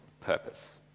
purpose